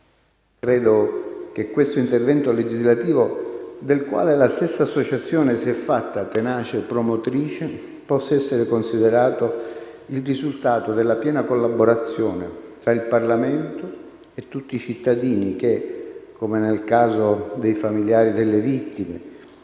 Credo che quest'intervento legislativo, del quale la stessa associazione si è fatta tenace promotrice, possa essere considerato il risultato della piena collaborazione tra il Parlamento e tutti i cittadini che, come nel caso dei famigliari delle vittime